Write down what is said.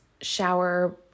shower